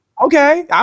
okay